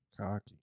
Cocky